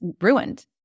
ruined